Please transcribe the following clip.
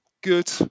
good